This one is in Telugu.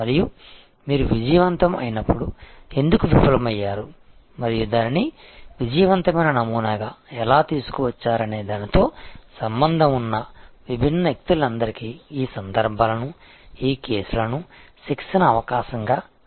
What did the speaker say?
మరియు మీరు విజయవంతం అయినప్పుడు ఎందుకు విఫలమయ్యారు మరియు దానిని విజయవంతమైన నమూనాగా ఎలా తీసుకువచ్చారనే దానితో సంబంధం ఉన్న విభిన్న వ్యక్తులందరికీ ఈ సందర్భాలను ఈ కేసులను శిక్షణ అవకాశంగా మీరు ఉపయోగించాలి